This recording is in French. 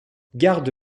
garde